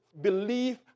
belief